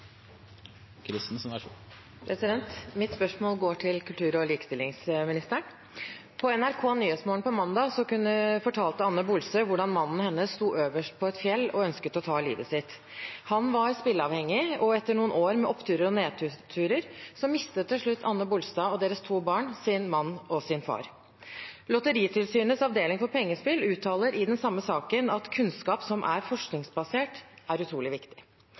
Mitt spørsmål går til kultur- og likestillingsministeren. I NRKs Nyhetsmorgen på mandag fortalte Anne Bolsø hvordan mannen hennes sto øverst på et fjell og ønsket å ta livet sitt. Han var spilleavhengig og etter noen år med oppturer og nedturer mistet til slutt Anne Bolsø og deres to barn sin mann og sin far. Lotteritilsynets avdeling for pengespill uttaler i den samme saken at kunnskap som er forskningsbasert, er utrolig viktig.